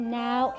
now